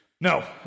No